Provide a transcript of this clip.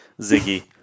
Ziggy